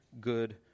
good